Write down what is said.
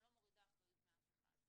אני לא מורידה אחריות מאף אחד,